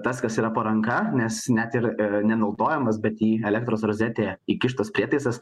tas kas yra po ranka nes net ir nenaudojamas bet į elektros rozetę įkištas prietaisas